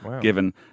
given